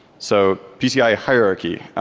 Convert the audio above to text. so pci hierarchy.